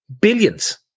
billions